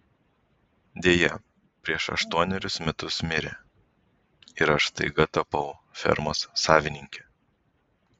deja prieš aštuonerius metus mirė ir aš staiga tapau fermos savininke